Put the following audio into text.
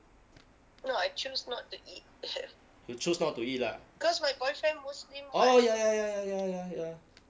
you choose not to eat lah oh ya ya ya ya ya ya okay okay